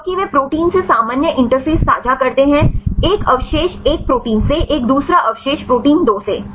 क्योंकि वे प्रोटीन से सामान्य इंटरफ़ेस साझा करते हैं एक अवशेष 1 प्रोटीन से एक दूसरा अवशेष प्रोटीन 2 से